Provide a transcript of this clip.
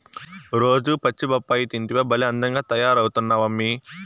రోజూ పచ్చి బొప్పాయి తింటివా భలే అందంగా తయారైతమ్మన్నీ